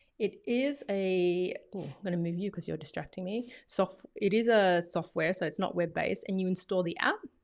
it is a, i'm gonna move you cause you're distracting me, sort of it is a software so it's not web based and you install the app